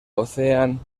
ocean